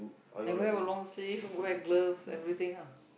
I wear long sleeve wear gloves everything ah